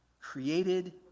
Created